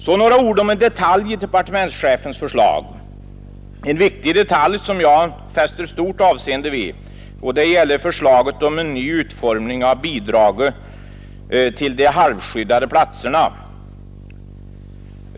Så några ord om en detalj i departementschefens förslag, en viktig detalj som jag fäster stort avseende vid, nämligen förslaget om en ny utformning av bidraget till de halvskyddade platserna.